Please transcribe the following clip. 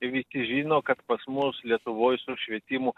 visi žino kad pas mus lietuvoj su švietimu